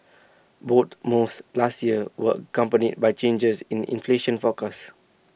boat moves last year were accompanied by changes in inflation forecast